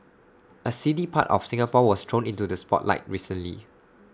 A seedy part of Singapore was thrown into the spotlight recently